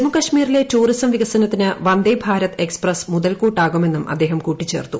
ജമ്മുകാശ്മീരിലെ ടൂറിസ്പും പ്രികസനത്തിന് വന്ദേഭാരത് എക്സ്പ്രസ് മുതൽക്കൂട്ടാകുമെന്നും അദ്ദേഹം കൂട്ടിച്ചേർത്തു